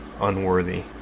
unworthy